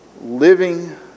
Living